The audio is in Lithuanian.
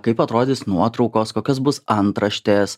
kaip atrodys nuotraukos kokios bus antraštės